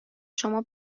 شما